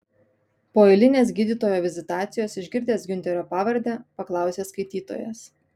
po eilinės gydytojo vizitacijos išgirdęs giunterio pavardę paklausė skaitytojas